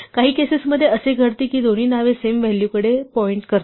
काही केसेसमध्ये असे घडते की दोन्ही नावे सेम व्हॅलूकडे पॉईंट करतात